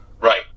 right